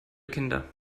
kinder